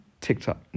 TikTok